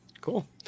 Cool